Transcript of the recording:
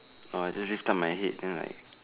orh I just lift up my head then like